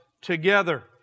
together